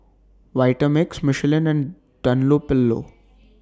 Vitamix Michelin and Dunlopillo